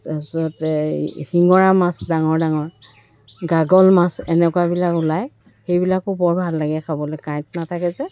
তাৰপাছত এই শিঙৰা মাছ ডাঙৰ ডাঙৰ গাগল মাছ এনেকুৱাবিলাক ওলায় সেইবিলাকো বৰ ভাল লাগে খাবলৈ কাঁইট নাথাকে যে